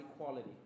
equality